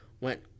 went